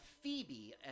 Phoebe